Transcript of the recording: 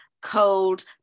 cold